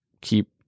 keep